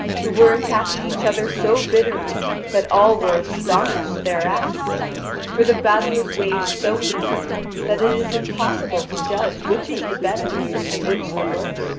who were attacking each other so bitterly that all were astonished thereat for the battle is waged so evenly that it is impossible to judge which has the better and which the worse.